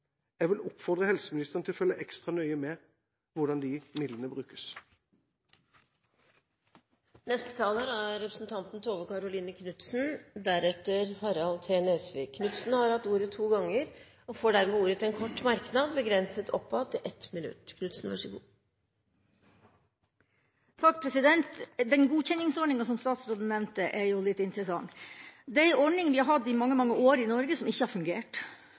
Jeg vil oppfordre helseministeren til å følge ekstra nøye med på hvordan disse midlene brukes. Representanten Tove Karoline Knutsen har hatt ordet to ganger og får ordet til en kort merknad, begrenset til 1 minutt. Den godkjenningsordninga som statsråden nevnte, er litt interessant. Det er en ordning vi har hatt i mange år i Norge, men som ikke har fungert.